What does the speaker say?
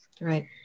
Right